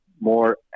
more